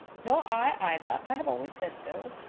nor i either i have always said so.